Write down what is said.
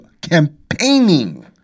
campaigning